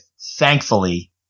thankfully